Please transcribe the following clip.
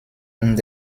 und